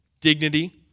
Dignity